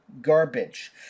garbage